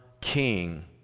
King